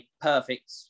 perfect